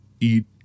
eat